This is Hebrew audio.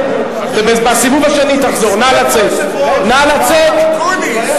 אדוני היושב-ראש, תתנהג כמו יושב-ראש.